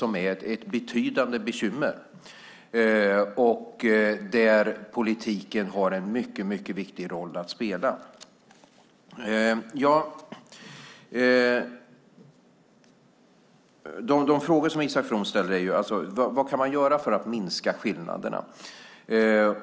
Det är ett betydande bekymmer där politiken har en mycket viktig roll att spela. De frågor som Isak From ställer handlar om vad man kan göra för att minska skillnaderna.